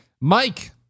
Mike